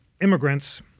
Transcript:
immigrants